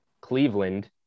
Cleveland